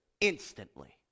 instantly